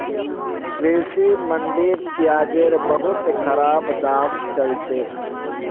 कृषि मंडीत प्याजेर बहुत खराब दाम चल छेक